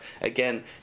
Again